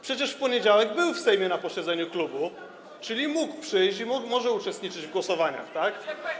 Przecież w poniedziałek był w Sejmie na posiedzeniu klubu, czyli mógł przyjść i może uczestniczyć w głosowaniach, tak?